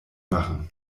machen